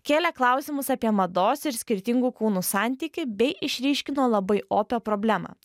kėlė klausimus apie mados ir skirtingų kūnų santykį bei išryškino labai opią problemą